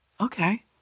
okay